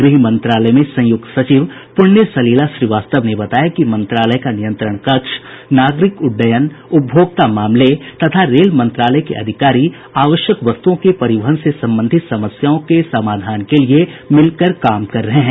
गृह मंत्रालय में संयुक्त सचिव प्रण्य सलिला श्रीवास्तव ने बताया कि मंत्रालय का नियंत्रण कक्ष नागरिक उड्डयन उपभोक्ता मामले तथा रेल मंत्रालय के अधिकारी आवश्यक वस्तुओं के परिवहन से संबंधित समस्याओं के समाधान के लिए मिलकर काम कर रहे हैं